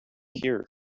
hear